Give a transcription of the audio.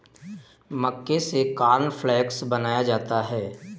मक्के से कॉर्नफ़्लेक्स बनाया जाता है